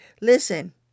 Listen